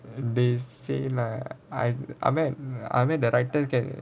they say lah I I meant I meant the writers can